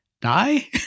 die